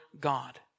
God